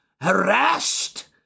harassed